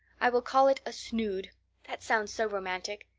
i will call it a snood that sounds so romantic.